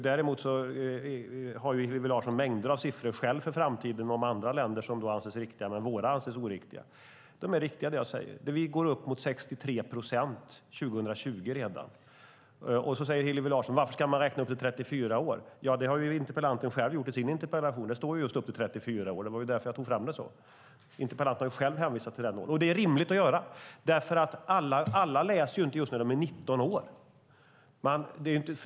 Däremot har Hillevi Larsson själv en massa siffror om andra länder för framtiden som anses riktiga, men våra siffror anser hon vara oriktiga. Det jag säger är riktigt. Vi går upp mot 63 procent redan 2020. Sedan frågar Hillevi Larsson varför man ska räkna upp till 34 år. Det har hon ju själv gjort i sin interpellation! Det var därför jag tog fram den siffran. Interpellanten anger ju själv den gränsen, och det är en rimlig gräns. Alla börjar ju inte läsa på högskolan när de är 19 år.